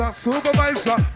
supervisor